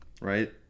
right